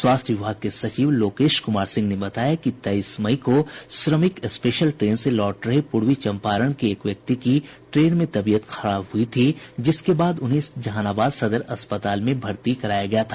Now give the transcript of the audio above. स्वास्थ्य विभाग के सचिव लोकेश कुमार सिंह ने बताया कि तेईस मई को श्रमिक स्पेशल ट्रेन से लौट रहे पूर्वी चंपारण के एक व्यक्ति की ट्रेन में तबीयत खराब हुई थी जिसके बाद उन्हें जहानाबाद सदर अस्पताल में भर्ती कराया गया था